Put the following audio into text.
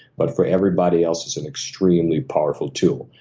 but for everybody else, it's an extremely powerful tool.